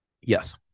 Yes